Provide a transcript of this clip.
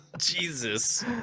Jesus